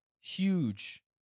huge